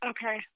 Okay